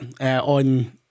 on